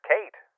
Kate